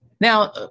now